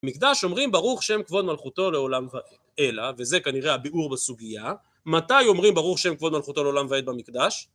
מקדש אומרים ברוך שם כבוד מלכותו לעולם ועד אלא, וזה כנראה הביאור בסוגיה, מתי אומרים ברוך שם כבוד מלכותו לעולם ועד במקדש?